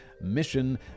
mission